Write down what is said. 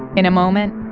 in a moment,